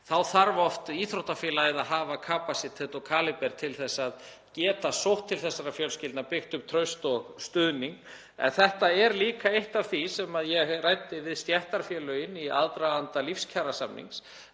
Þá þarf íþróttafélagið oft að hafa kapasítet og kalíber til að geta sótt til þessara fjölskyldna og byggt upp traust og stuðning. En þetta er líka eitt af því sem ég ræddi við stéttarfélögin í aðdraganda lífskjarasamnings,